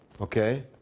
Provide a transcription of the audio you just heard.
Okay